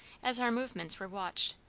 as our movements were watched,